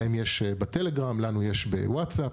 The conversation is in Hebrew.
להם יש בטלגרם, לנו יש בוואטס אפ.